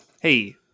Hey